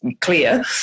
clear